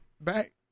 Back